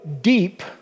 deep